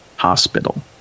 hospital